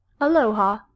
Aloha